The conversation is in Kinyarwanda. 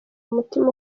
umutima